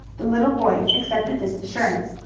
the little boy accepted this assurance,